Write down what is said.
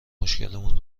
مشکلمون